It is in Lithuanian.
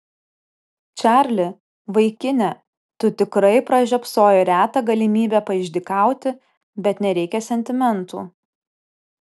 čarli vaikine tu tikrai pražiopsojai retą galimybę paišdykauti bet nereikia sentimentų